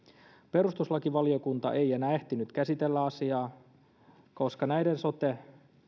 perustuslakivaliokunta ei enää ehtinyt käsitellä asiaa koska näiden sote